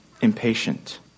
impatient